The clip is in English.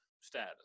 status